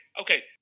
okay